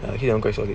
I ask you one question